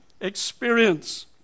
experience